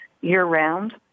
year-round